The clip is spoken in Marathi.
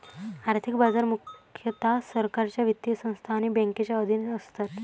आर्थिक बाजार मुख्यतः सरकारच्या वित्तीय संस्था आणि बँकांच्या अधीन असतात